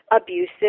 abusive